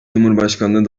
cumhurbaşkanlığı